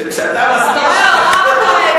אתה רואה?